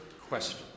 question